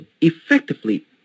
Effectively